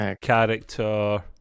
character